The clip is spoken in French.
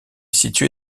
situé